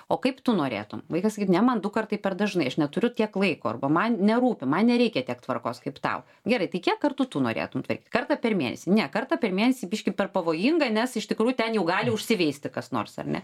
o kaip tu norėtum vaikas skyt ne man du kartai per dažnai aš neturiu tiek laiko arba man nerūpi man nereikia tiek tvarkos kaip tau gerai tai kiek kartų tu norėtum tvarkyt kartą per mėnesį ne kartą per mėnesį biškį per pavojinga nes iš tikrųjų ten jau gali užsiveisti kas nors ar ne